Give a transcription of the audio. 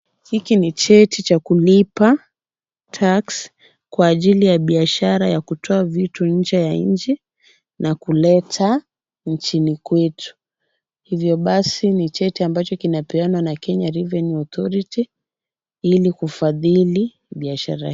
Hiki ni cheti cha kulipa tax kwa ajili ya biashara ya kutoa vitu nje ya nchi na kuleta nchini kwetu. Hivyo basi ni cheti ambacho kinapeanwa na Kenya Revenue Authority ili kufadhili biashara.